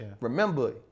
Remember